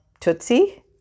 tootsie